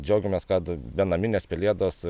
džiaugiamės kad be naminės pelėdos